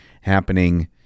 happening